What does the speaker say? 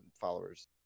followers